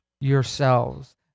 yourselves